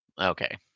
Okay